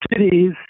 cities